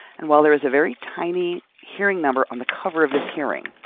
and while there is a very tiny hearing number on the cover of this hearing,